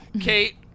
Kate